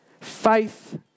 Faith